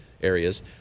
areas